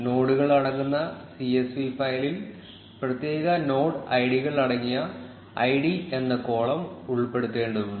നോഡുകൾ അടങ്ങുന്ന സിഎസ്വി ഫയലിൽ പ്രത്യേക നോഡ് ഐഡികൾ അടങ്ങിയ ഐഡി എന്ന കോളം ഉൾപ്പെടുത്തേണ്ടതുണ്ട്